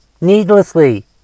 Needlessly